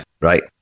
right